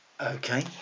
Okay